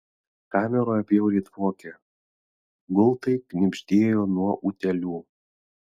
kameroje bjauriai dvokė gultai knibždėjo nuo utėlių